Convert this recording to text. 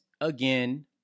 again